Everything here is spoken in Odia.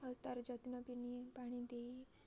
ଆଉ ତାର ଯତ୍ନ ବି ନିଏ ପାଣି ଦେଇ